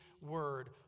word